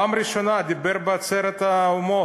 פעם ראשונה דיבר בעצרת האומות,